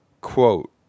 quote